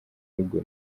rugo